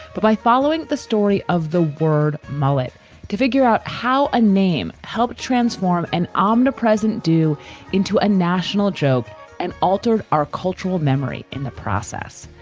but by following the story of the word mullet to figure out how a name helped transform an omnipresent due into a national joke and altered our cultural memory in the process.